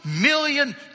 million